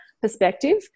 perspective